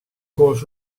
koos